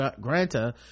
granta